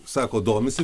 sako domisi